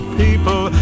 people